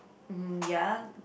mm ya